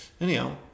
Anyhow